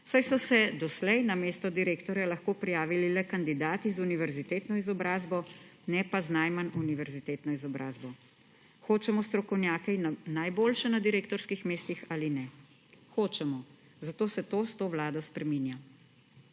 saj so se doslej na mesto direktorja lahko prijavili le kandidati z univerzitetno izobrazbo, ne pa z najmanj univerzitetno izobrazbo. Hočemo strokovnjake in najboljše na direktorskih mestih ali ne? Hočemo! Zato se to s to vlado spreminja.